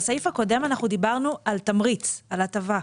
בסעיף הקודם אנחנו דיברנו על תמריץ, על הטבה.